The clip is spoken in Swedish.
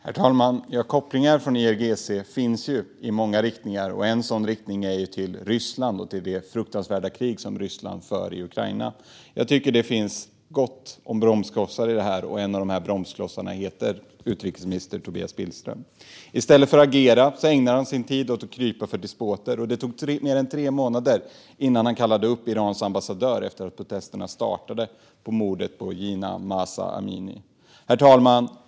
Herr talman! Kopplingar till IRGC finns i många riktningar. En sådan riktning är till Ryssland och det fruktansvärda krig som Ryssland för i Ukraina. Jag tycker att det finns gott om bromsklossar i det här. En av dem heter utrikesminister Tobias Billström. I stället för att agera ägnar han sin tid åt att krypa för despoter. Det tog mer än tre månader innan han kallade upp Irans ambassadör efter att protesterna startade och efter mordet på Jina Mahsa Amini. Herr talman!